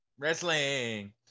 Wrestling